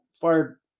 fired